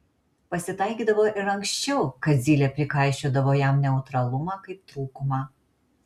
pasitaikydavo ir anksčiau kad zylė prikaišiodavo jam neutralumą kaip trūkumą